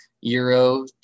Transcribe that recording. Euro